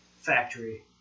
factory